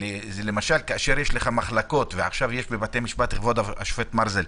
למשל, כשיש מחלקות, וכבוד השופט מרזל,